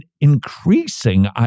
increasing